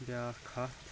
بیاکھ ہتھ